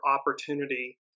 opportunity